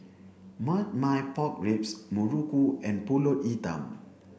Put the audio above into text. marmite pork ribs Muruku and Pulut Hitam